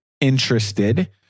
interested